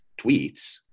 tweets